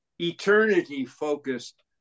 eternity-focused